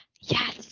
yes